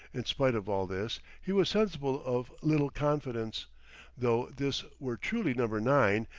in spite of all this, he was sensible of little confidence though this were truly number nine,